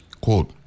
Quote